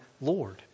Lord